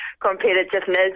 competitiveness